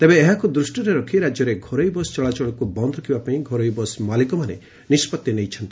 ତେବେ ଏହାକୁ ଦୂଷ୍ଟିରେ ରଖ୍ ରାଜ୍ୟରେ ଘରୋଇ ବସ ଚଳାଚଳକୁ ବନ୍ଦ ରଖିବା ପାଇଁ ଘରୋଇ ବସ୍ ମାଲିକମାନେ ନିଷ୍ବତ୍ତି ନେଇଛନ୍ତି